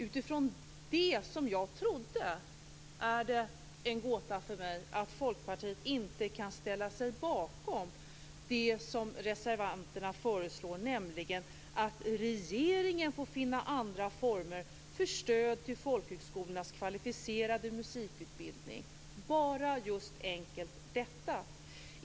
Utifrån detta är det en gåta för mig att Folkpartiet inte kan ställa sig bakom det som föreslås i reservationerna, nämligen att regeringen får finna andra former för stöd till folkhögskolornas kvalificerade musikutbildning - bara just detta.